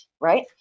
right